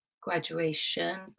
graduation